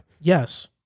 Yes